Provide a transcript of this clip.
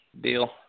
deal